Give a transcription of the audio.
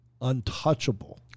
untouchable